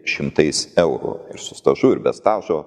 šimtais eurų ir su stažu ir be stažo